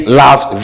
loves